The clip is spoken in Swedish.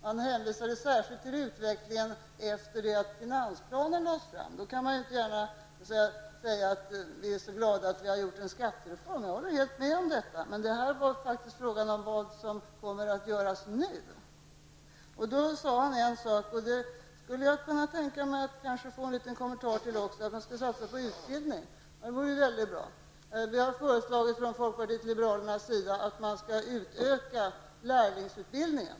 Han hänvisade särskilt till utvecklingen efter det att finansplanen lagts fram, och då kan man ju inte gärna säga att man är glad över att ha genomfört en skattereform. Jag håller helt med om det, men min fråga gällde faktiskt vad som kommer att göras nu. Roland Sundgren sade också att man skall satsa på utbildning, och det skulle jag gärna också vilja få en kommentar till. Folkpartiet liberalerna har föreslagit att man skall utöka lärlingsutbildningen.